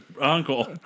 uncle